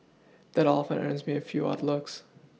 that often earns me a few odd looks